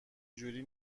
جوری